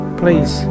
please